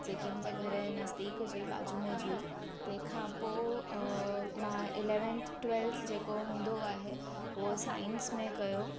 जेके मुंहिंजे घर जे नज़दीक जे बाजू में जूही तंहिंखां पोइ अ मां इलेवंथ ट्वैल्थ जेको हूंदो आहे उहो साइंस में कयो